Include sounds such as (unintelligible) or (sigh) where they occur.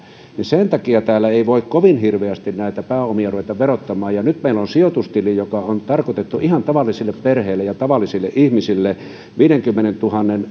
sen takia täällä ei voi kovin hirveästi näitä pääomia ruveta verottamaan ja nyt meillä on sijoitustili joka on tarkoitettu ihan tavallisille perheille ja tavallisille ihmisille viidenkymmenentuhannen (unintelligible)